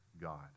God